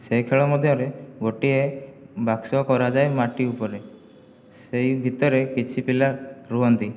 ସେ ଖେଳ ମଧ୍ୟରେ ଗୋଟିଏ ବାକ୍ସ କରାଯାଏ ମାଟି ଉପରେ ସେଇ ଭିତରେ କିଛି ପିଲା ରୁହନ୍ତି